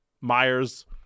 Myers